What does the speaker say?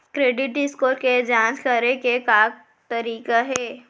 Credit score के जाँच करे के का तरीका हे?